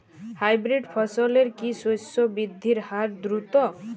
Hybrid ফসলের কি শস্য বৃদ্ধির হার দ্রুত?